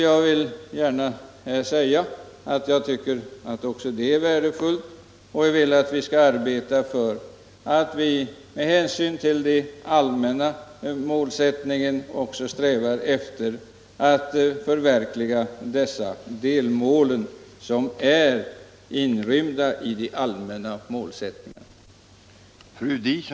Jag vill gärna säga att jag tycker att också det är värdefullt och jag vill att vi skall arbeta för att, med hänsyn till den allmänna målsättningen, sträva efter att förverkliga dessa delmål, som inryms i de allmänna målsättningarna.